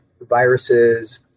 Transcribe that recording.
viruses